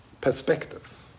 perspective